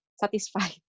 satisfied